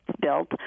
built